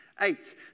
Eight